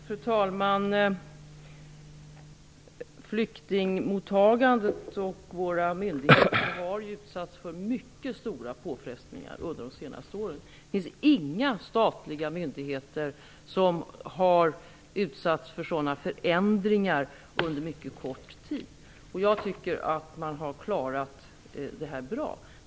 Fru talman! Flyktingmottagandet och våra myndigheter har utsatts för mycket stora påfrestningar under de senaste åren. Det finns inga statliga myndigheter som har genomgått sådana förändringar under mycket kort tid. Jag tycker att man har klarat det bra.